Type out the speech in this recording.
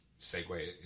segue